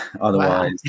otherwise